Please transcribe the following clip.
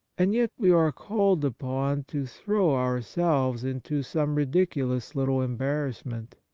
and yet we are called upon to throw our selves into some ridiculous little embar rassment,